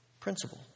Principle